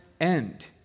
end